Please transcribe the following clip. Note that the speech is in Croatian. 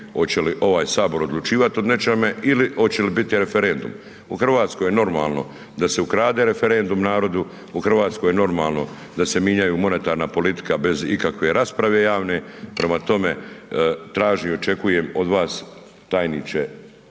hoće li ovaj Sabor odlučivati o nečemu ili hoće li biti referendum. U Hrvatskoj je normalno da se ukrade referendum narodu, u Hrvatskoj je normalno da se mijenja monetarna politika bez ikakve rasprave javne. Prema tome, tražim i očekujemo od vas tajniče